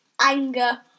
anger